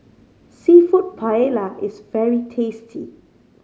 Seafood Paella is very tasty